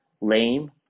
lame